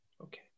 okay